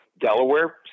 Delaware